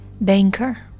banker